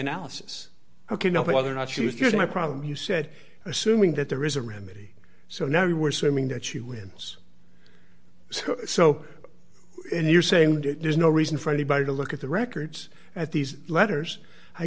analysis ok now whether or not she was here's my problem you said assuming that there is a remedy so now you were swimming that she wins so you're saying there's no reason for anybody to look at the records at these letters i